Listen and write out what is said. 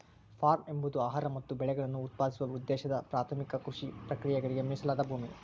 form ಎಂಬುದು ಆಹಾರ ಮತ್ತು ಬೆಳೆಗಳನ್ನು ಉತ್ಪಾದಿಸುವ ಉದ್ದೇಶದ ಪ್ರಾಥಮಿಕ ಕೃಷಿ ಪ್ರಕ್ರಿಯೆಗಳಿಗೆ ಮೀಸಲಾದ ಭೂಮಿ